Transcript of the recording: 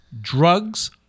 drugs